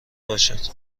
باشد